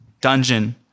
dungeon